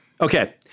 Okay